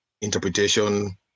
interpretation